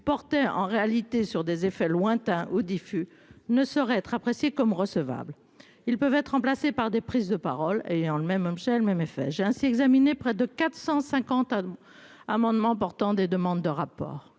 portait en réalité sur des effets lointains diffus ne saurait être apprécié comme recevable. Ils peuvent être remplacés par des prises de parole et en le même homme Shell, même effet. J'ai ainsi examiné près de 450. Amendements portant des demandes de rapport